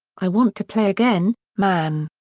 i want to play again, man.